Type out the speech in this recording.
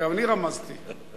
אני לא רמזתי לכלום.